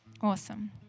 Awesome